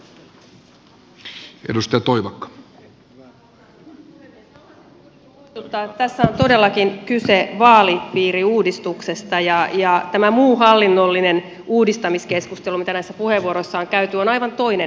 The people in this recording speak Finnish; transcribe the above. haluaisin nyt kuitenkin muistuttaa että tässä on todellakin kyse vaalipiiriuudistuksesta ja tämä muu hallinnollinen uudistamiskeskustelu mitä näissä puheenvuoroissa on käyty on aivan toinen asia